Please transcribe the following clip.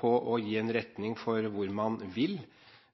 på å gi en retning for hvor man vil